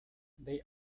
they